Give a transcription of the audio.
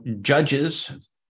judges